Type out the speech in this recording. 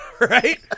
right